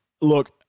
Look